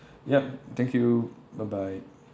yup thank you bye bye